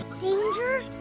Danger